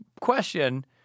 question